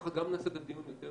כך גם נעשה את הדיון יותר